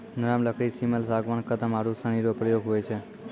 नरम लकड़ी सिमल, सागबान, कदम आरू सनी रो प्रयोग हुवै छै